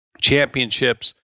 Championships